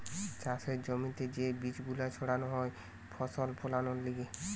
চাষের জমিতে যে বীজ গুলো ছাড়ানো হয় ফসল ফোলানোর লিগে